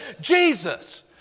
Jesus